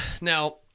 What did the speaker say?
now